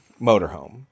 Motorhome